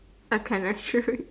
okay that's true